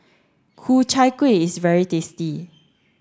Ku Chai Kuih is very tasty